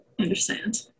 understand